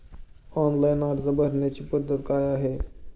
Online अर्ज भरण्याची पद्धत काय आहे?